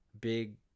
big